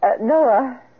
Noah